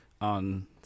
on